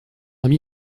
ami